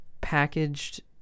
packaged